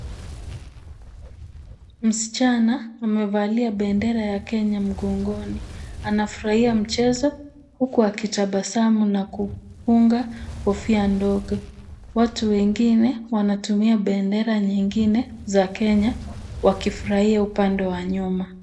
Msichana amevalia bendera ya Kenya mgongoni. Anafurahia mchezo huku akitabasamu na kufunga kofia ndogo. Watu wengine wanatumia bendera nyingine za Kenya, wakifurahia upande wa nyuma.